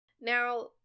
Now